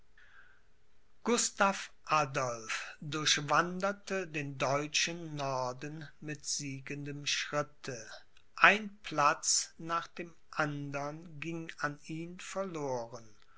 gustav adolph durchwanderte den deutschen norden mit siegendem schritte ein platz nach dem andern ging an ihn verloren